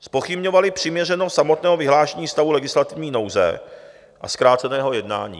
zpochybňovali přiměřenost samotného vyhlášení stavu legislativní nouze a zkráceného jednání.